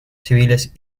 civiles